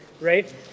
right